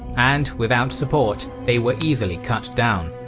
and, without support, they were easily cut down.